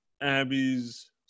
Abby's